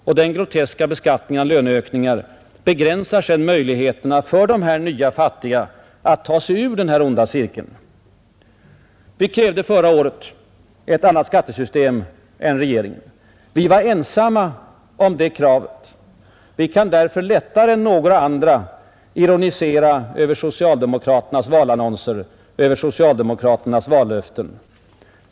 Och den groteska beskattningen av löneökningar begränsar sedan möjligheterna för dessa ”nya fattiga” att ta sig ur den onda cirkeln. Vi krävde förra året ett annat skattesystem än regeringens. Vi var ensamma om det kravet. Vi kan därför lättare än några andra ironisera över socialdemokraternas valannonser, över socialdemokraternas vallöften.